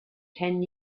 ten